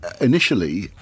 initially